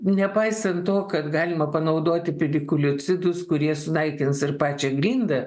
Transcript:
nepaisant to kad galima panaudoti pedikuliocidus kurie sunaikins ir pačią glindą